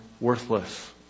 worthless